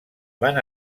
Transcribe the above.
van